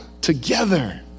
Together